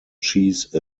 cheese